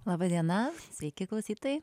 laba diena sveiki klausytojai